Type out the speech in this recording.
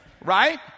Right